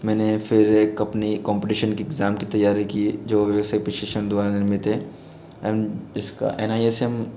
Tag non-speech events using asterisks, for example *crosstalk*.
मैंने फ़िर एक अपनी कोम्पिटीशन की इग्ज़ाम की तैयारी की जो वैसे *unintelligible* द्वारा निर्मित है इसका एन आई एस एम